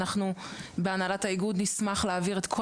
אנחנו בהנהלת האיגוד נשמח להעביר את כל